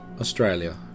Australia